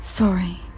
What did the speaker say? Sorry